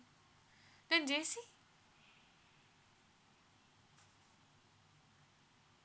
then J_C